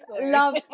love